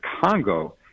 Congo